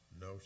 no